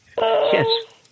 Yes